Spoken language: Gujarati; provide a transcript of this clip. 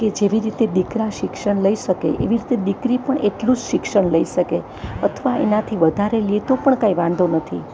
કે જેવી રીતે દીકરા શિક્ષણ લઈ શકે એવી રીતે દીકરી પણ એટલું જ શિક્ષણ લઈ શકે અથવા એનાથી વધારે પણ લે તો પણ કાંઈ વાંધો નથી